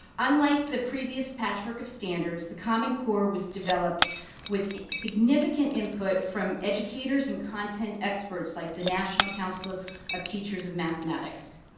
unlike the previous patchwork of standards, the common core was developed with significant input from educators and content experts, like the national council of teachers of m athematics.